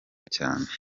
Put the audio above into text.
cyane